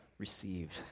received